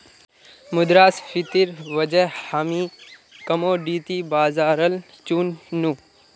मुद्रास्फीतिर वजह हामी कमोडिटी बाजारल चुन नु